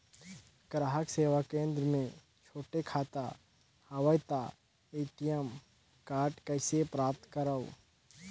ग्राहक सेवा केंद्र मे छोटे खाता हवय त ए.टी.एम कारड कइसे प्राप्त करव?